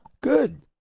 Good